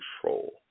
control